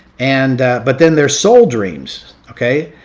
and but then there's soul dreams, okay?